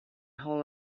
hall